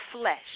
flesh